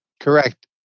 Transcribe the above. Correct